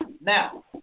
Now